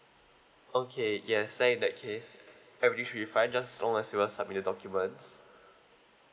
okay yes then in that case everything should be fine just as long as you submit the documents